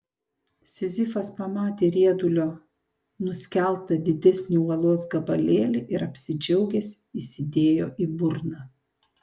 sizifas pamatė riedulio nuskeltą didesnį uolos gabalėlį ir apsidžiaugęs įsidėjo į burną